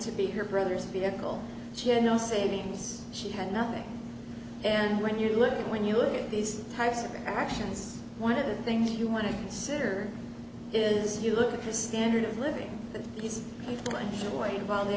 to be her brother's vehicle she had no savings she had nothing and when you look at when you look at these types of actions one of the things you want to consider is you look at the standard of living his life away while they